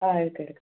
ആ എടുക്കാം എടുക്കാം